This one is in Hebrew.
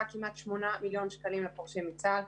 כמעט שמונה מיליון שקלים לפורשים מצה"ל,